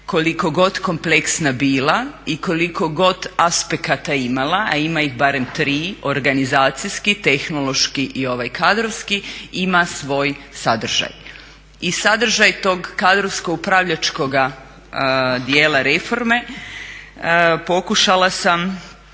koliko god kompleksna bila i koliko god aspekata imala, a ima ih barem tri: organizacijski, tehnološki i ovaj kadrovski ima svoj sadržaj. I sadržaj tog kadrovsko-upravljačkoga dijela reforme pokušala sam